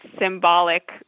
symbolic